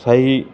सही